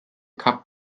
cup